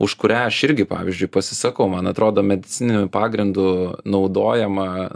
už kurią aš irgi pavyzdžiui pasisakau man atrodo medicininiu pagrindu naudojama